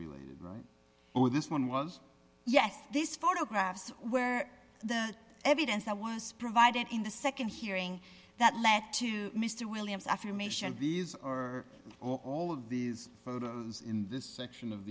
related right or this one was yes this photograph where the evidence that was provided in the nd hearing that led to mr williams affirmation these or all of these in this section of